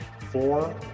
four